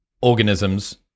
organisms